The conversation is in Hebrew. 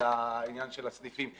לעניין של הסניפים.